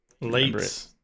Late